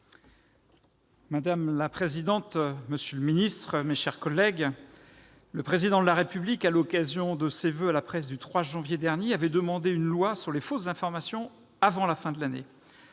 Madame la présidente, monsieur le ministre, mes chers collègues, le Président de la République, à l'occasion de ses voeux à la presse du 3 janvier dernier, a demandé une loi sur les fausses informations avant la fin de l'année.